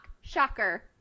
Shocker